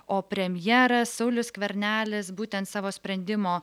o premjeras saulius skvernelis būtent savo sprendimo